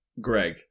Greg